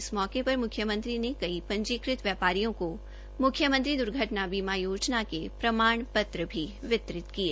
इस मौकेपर मुख्यमंत्री ने कई पंजीकृत व्यापारियों को मुख्यमंत्री दर्घटना बीमा योजना के प्रमाण पत्र भी वितरित किए